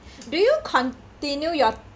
do you continue your